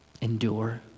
Endure